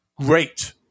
Great